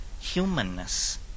humanness